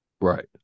Right